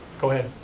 go ahead.